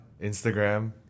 Instagram